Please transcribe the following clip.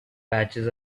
patches